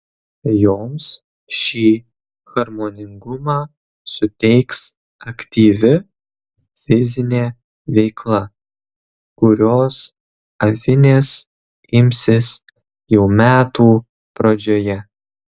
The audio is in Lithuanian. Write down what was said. joms šį harmoningumą suteiks aktyvi fizinė veikla kurios avinės imsis jau metų pradžioje